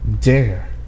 Dare